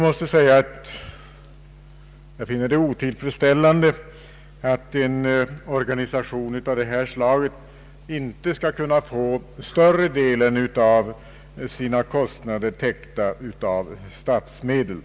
Jag finner det högst otillfredsställande att en organisation av detta slag inte skall kunna få större delen av sina kostnader täckta av statsmedel.